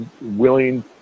willing